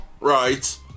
right